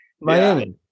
Miami